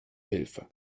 hilfe